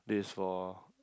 this is for